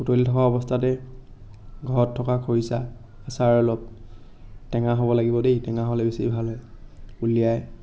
উতলি থকা অৱস্থাতে ঘৰত থকা খৰিচা আচাৰ অলপ টেঙা হ'ব লাগিব দেই টেঙা হ'লে বেছি ভাল হয় উলিয়াই